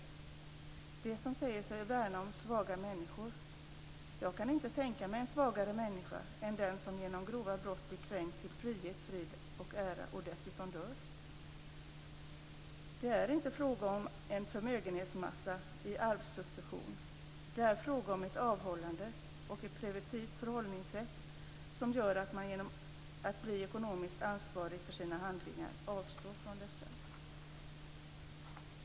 De säger sig värna om svaga människor. Jag kan inte tänka mig en svagare människa än den som genom grova brott blir kränkt till frihet, frid eller ära och dessutom dör. Det är inte fråga om en förmögenhetsmassa i arvssuccession. Det är fråga om ett avhållande och ett preventivt förhållningssätt som gör att man genom att bli ekonomiskt ansvarig för sina handlingar avstår från dessa.